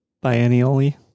biennially